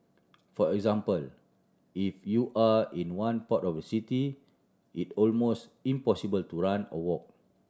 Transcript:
for example if you are in one port of the city it almost impossible to run or walk